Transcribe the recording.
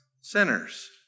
sinners